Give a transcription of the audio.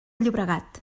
llobregat